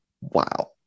wow